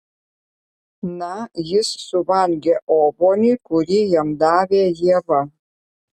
na jis suvalgė obuolį kurį jam davė ieva